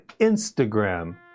Instagram